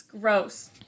gross